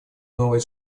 новые